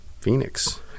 Phoenix